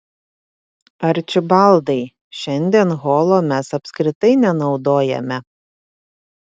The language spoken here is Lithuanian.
arčibaldai šiandien holo mes apskritai nenaudojame